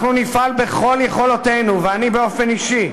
אנחנו נפעל בכל יכולותינו, ואני באופן אישי,